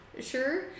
Sure